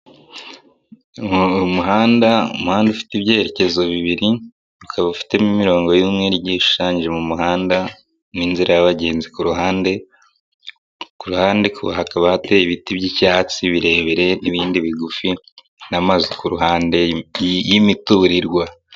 Umuhanda, umuhanda ufite ibyerekezo bibiri ukaba ufitemo imirongo y'umweru igiye ishushanyije mu muhanda n'inzira y'abagenzi ku ruhande, ku ruhande hakaba hayeye ibiti by'icyatsi birebire n'ibindi bigufi n'amazu ku ruhande y'imiturirwa.